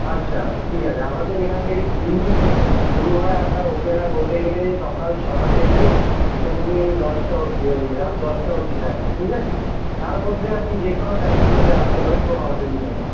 আচ্ছা ঠিক আছে আমাদের এখান থেকে জিম শুরু হয় আপনার ওপেন হয় বলতে গেলে সকাল ছটা থেকে সন্ধ্যে দশটা অবধি এই রাত দশটা অবধি থাকে ঠিক আছে তার মধ্যে আপনি যে কোনো টাইম স্লটে আসতে পারেন কোনো অসুবিধা নেই